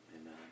amen